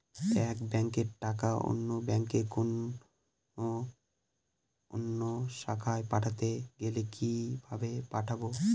এক ব্যাংকের টাকা অন্য ব্যাংকের কোন অন্য শাখায় পাঠাতে গেলে কিভাবে পাঠাবো?